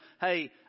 hey